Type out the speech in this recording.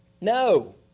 No